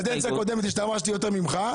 בכנסת הקודמת השתמשתי יותר ממך.